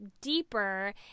deeper